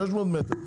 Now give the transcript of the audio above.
600 מטר.